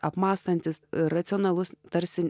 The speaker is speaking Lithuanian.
apmąstantis racionalus tarsi